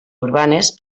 urbanes